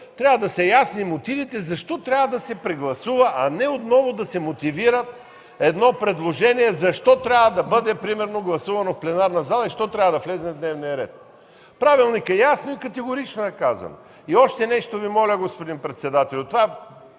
трябва да са ясни мотивите защо трябва да се прегласува, а не отново да се мотивира едно предложение защо трябва да бъде гласувано примерно в пленарната зала и защо трябва да влезе в дневния ред! В Правилника ясно и категорично е казано. И още нещо Ви моля, господин председател, това пак